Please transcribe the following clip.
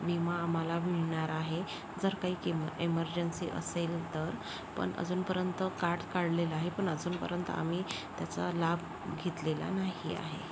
विमा आम्हाला मिळणार आहे जर काही किम इमर्जन्सी असेल तर पण अजूनपर्यंत कार्ड काढलेलं आहे पण अजूनपर्यंत आम्ही त्याचा लाभ घेतलेला नाही आहे